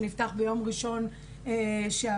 שנפתח ביום ראשון שעבר.